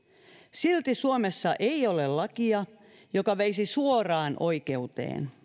silti suomessa ei ole lakia joka veisi suoraan oikeuteen